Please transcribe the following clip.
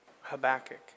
Habakkuk